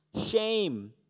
shame